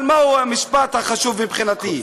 אבל מהו המשפט החשוב מבחינתי?